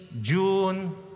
June